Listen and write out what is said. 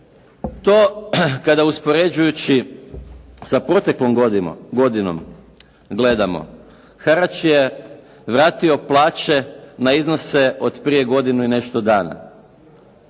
To kada uspoređujući sa proteklom godinom gledamo, harač je vratio plaće na iznose od prije godinu i nešto dana.